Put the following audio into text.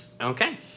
okay